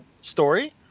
story